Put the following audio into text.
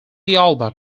alba